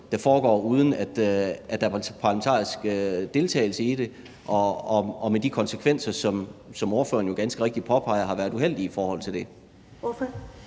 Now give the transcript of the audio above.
der er parlamentarisk deltagelse i det, og med de konsekvenser, som ordføreren jo ganske rigtigt påpeger har været uheldige i forhold til det.